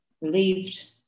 relieved